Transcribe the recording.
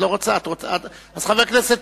בהמשך.